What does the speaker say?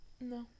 No